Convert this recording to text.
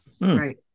Right